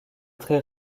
très